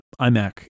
iMac